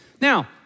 Now